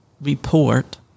report